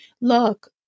Look